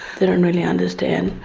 they don't really understand.